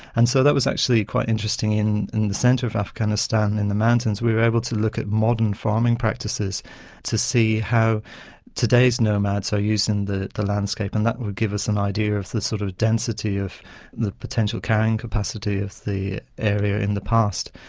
and so that was actually quite interesting in and the centre of afghanistan in the mountains we were able to look at modern farming practices to see how today's nomads are so using the the landscape, and that would give us an idea of the sort of density of the potential carrying capacity of the area in the past.